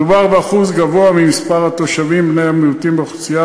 מדובר באחוז גבוה משיעור התושבים בני המיעוטים באוכלוסייה,